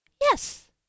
Yes